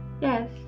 Yes